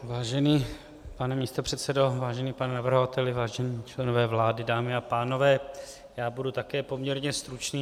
Vážený pane místopředsedo, pane navrhovateli, vážení členové vlády, dámy a pánové, budu také poměrně stručný.